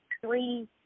three